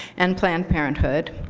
and planned parenthood.